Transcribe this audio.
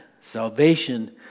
salvation